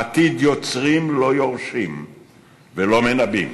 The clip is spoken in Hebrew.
עתיד יוצרים, לא יורשים ולא מנבאים.